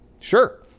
sure